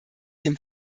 dem